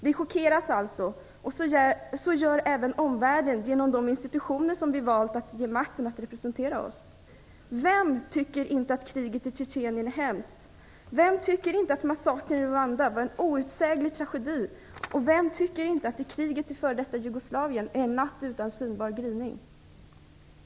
Vi chockeras alltså, och så gör även omvärlden genom de institutioner som vi valt att ge makten att representera oss. Vem tycker inte att kriget i Tjetjenien är hemskt? Vem tycker inte att massakern i Rwanda var en outsäglig tragedi? Och vem tycker inte att kriget i f.d. Jugoslavien är en natt utan synbar gryning?